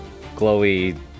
Glowy